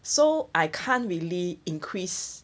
so I can't really increase